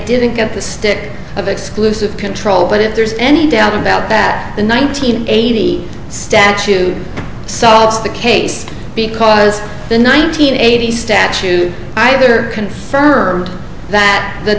didn't get the stick of exclusive control but if there's any doubt about that the nineteen eighty statute solves the case because the nineteen eighties statute either confirmed that the